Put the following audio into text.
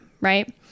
right